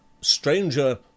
Stranger